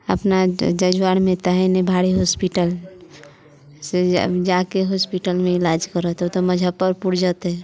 अपना ज जजुआरमे तऽ हइ नहि भारी हॉस्पिटल से जा कऽ हॉस्पिटलमे इलाज करेतै तऽ मुजफ्फरपुर जेतै